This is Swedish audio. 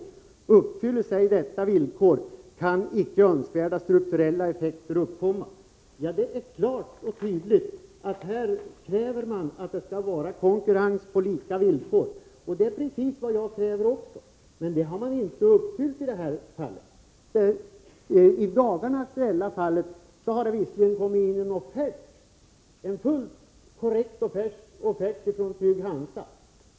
Uppfylles ej detta villkor kan icke önskvärda strukturella effekter uppkomma.” Det är klart och tydligt att man kräver konkurrens på lika villkor. Det är precis vad jag kräver också, men det har man inte uppfyllt i det här fallet. I det aktuella fallet har det i dagarna visserligen kommit in en fullt korrekt offert från Trygg-Hansa.